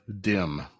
dim